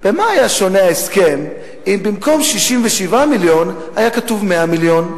במה היה שונה ההסכם אם במקום 67 מיליון היה כתוב 100 מיליון?